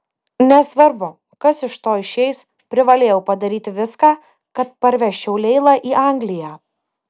nesvarbu kas iš to išeis privalėjau padaryti viską kad parvežčiau leilą į angliją